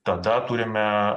tada turime